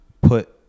put